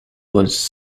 was